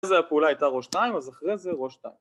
זה הפעולה הייתה ראש 2, אז אחרי זה ראש 2